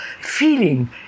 feeling